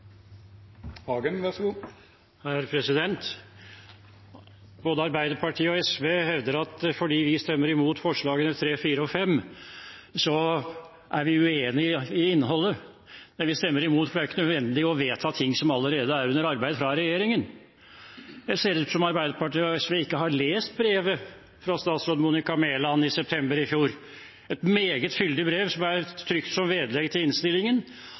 Både Arbeiderpartiet og SV hevder at fordi vi stemmer imot forslagene nr. 3, 4 og 5, er vi uenig i innholdet. Men vi stemmer imot fordi det ikke er nødvendig å vedta ting som allerede er under arbeid fra regjeringens side. Det ser ut til at Arbeiderpartiet og SV ikke har lest brevet fra statsråd Monica Mæland i september i fjor – et meget fyldig brev som er trykt som vedlegg til innstillingen.